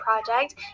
project